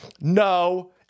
No